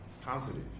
positive